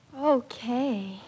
Okay